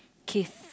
teeth